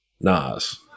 nas